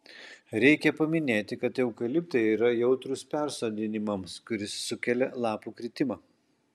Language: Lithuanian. reikia paminėti kad eukaliptai yra jautrūs persodinimams kuris sukelia lapų kritimą